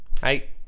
hey